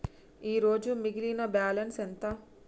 ఈరోజు మిగిలిన బ్యాలెన్స్ ఎంత?